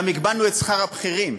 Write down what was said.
גם הגבלנו את שכר הבכירים.